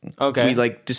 Okay